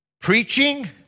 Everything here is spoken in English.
preaching